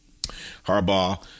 Harbaugh